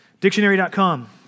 Dictionary.com